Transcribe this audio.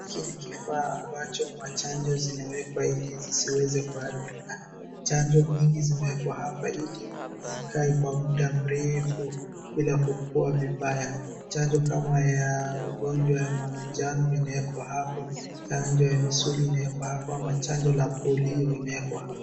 Hiki ni kifaa ambacho machanjo zinawekwa ili zisiweze kuharibika. Chanjo mingi zimewekwa hapa ili zikae kwa muda mrefu, bila kukuwa vibaya. Chanjo kama ya ugonjwa ya manjano inawekwa hapo, chanjo ya misuli inawekwa hapo, ama chanjo ya polio inawekwa hapo.